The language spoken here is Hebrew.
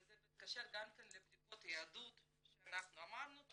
וזה מתקשר גם כן לבדיקות היהדות שאנחנו אמרנו,